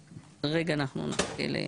רגע, אנחנו נחכה.